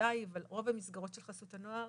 אבל כל המסגרות של חסות הנוער